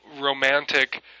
romantic